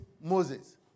Moses